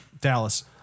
Dallas